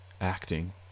acting